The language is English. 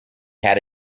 had